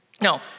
Now